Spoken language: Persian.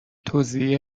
توزیع